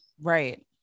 right